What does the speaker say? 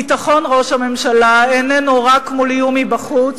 ביטחון, ראש הממשלה, איננו רק מול איום מבחוץ,